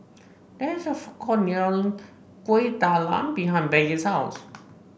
there is a food court Kuih Talam behind Peggie's house